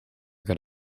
got